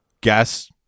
Gas